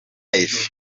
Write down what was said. ivy